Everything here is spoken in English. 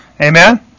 Amen